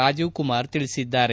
ರಾಜೀವ್ ಕುಮಾರ್ ಹೇಳಿದ್ದಾರೆ